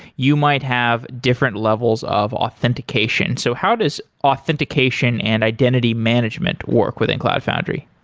you might have different levels of authentication. so how does authentication and identity management work within cloud foundry?